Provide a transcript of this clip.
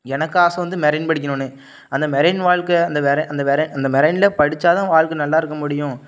எனக்கு ஆசை வந்து மெரெய்ன் படிக்கணும்னு அந்த மெரெய்ன் வாழ்க்க அந்த மெரெய் அந்த மெரெய் அந்த மெரெய்னில் படிச்சா தான் வாழ்க்க நல்லா இருக்க முடியும்